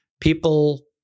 people